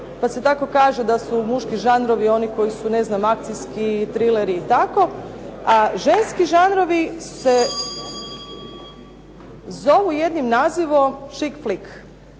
pa se tako kaže da su muški žanrovi oni koji su akcijski, triler i tako a ženski žanrovi se zovu jednim nazivom chik flick.